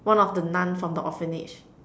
one of the Nun from the orphanage